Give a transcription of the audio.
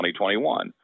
2021